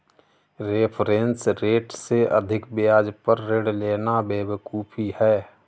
reference rate से अधिक ब्याज पर ऋण लेना बेवकूफी है